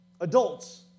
Adults